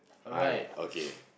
alright